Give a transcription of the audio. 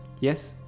Yes